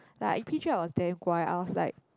like I P-three I was damn 乖 I was like